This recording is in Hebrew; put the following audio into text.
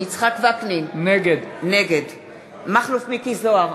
יצחק וקנין, נגד מכלוף מיקי זוהר,